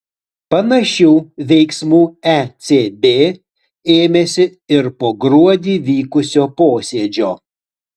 panašių veiksmų ecb ėmėsi ir po gruodį vykusio posėdžio